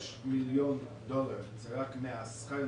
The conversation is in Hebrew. בנק חברתי,